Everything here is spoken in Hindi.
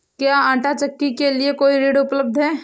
क्या आंटा चक्की के लिए कोई ऋण उपलब्ध है?